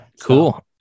cool